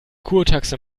kurtaxe